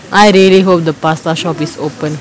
I really hope the pasta shop is open